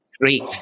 Great